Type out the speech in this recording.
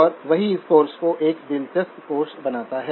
और वही इस कोर्स को एक दिलचस्प कोर्स बनाता है